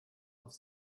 auf